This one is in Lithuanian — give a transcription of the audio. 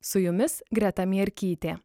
su jumis greta mierkytė